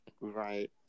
Right